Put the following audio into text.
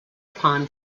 upon